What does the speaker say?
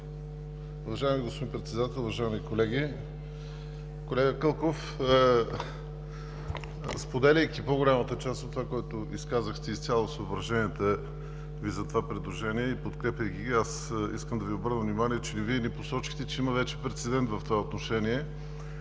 Уважаеми господин Председател, уважаеми колеги! Колега Кълков, споделяйки по-голямата част от това, което изказахте – съображенията Ви за това предложение, и подкрепяйки ги, искам да Ви обърна внимание, че не посочихте, че вече има прецедент в това отношение.